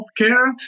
healthcare